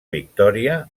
victòria